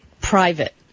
private